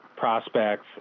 prospects